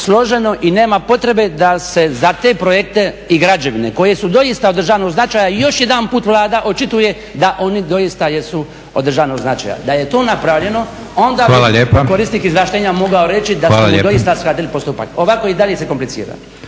složeno i nema potrebe da se za te projekte i građevine koje su doista od državnog značaja još jedanput Vlada očituje da oni doista jesu od državnog značaja. Da je to napravljeno onda bi korisnik izvlaštenja mogao reći da smo mu doista skratili postupak. Ovako i dalje se komplicira.